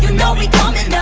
you know we coming